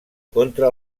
contra